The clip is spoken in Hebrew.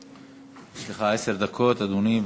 יש לך עשר דקות, אדוני.